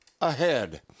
ahead